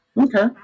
Okay